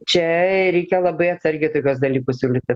čia reikia labai atsargiai tokius dalykus siūlyti